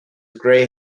grey